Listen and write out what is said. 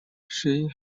she